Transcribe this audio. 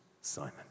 Simon